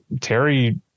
terry